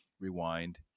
Rewind